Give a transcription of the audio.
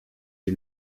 sie